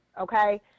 okay